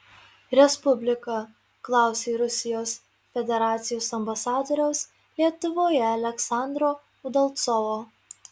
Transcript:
respublika klausė rusijos federacijos ambasadoriaus lietuvoje aleksandro udalcovo